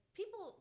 people